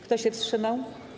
Kto się wstrzymał?